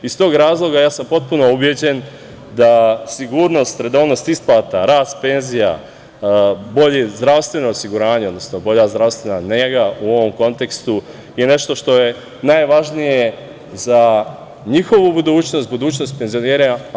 Iz tog razloga, ja sam potpuno ubeđen da sigurnost, redovnost isplata, rast penzija, bolje zdravstveno osiguranje, odnosno bolja zdravstvena nega u ovom kontekstu je nešto što je najvažnije za njihovu budućnost, budućnost penzionera.